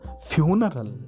funeral